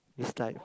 is like